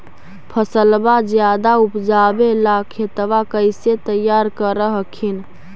फसलबा ज्यादा उपजाबे ला खेतबा कैसे तैयार कर हखिन?